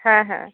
হ্যাঁ হ্যাঁ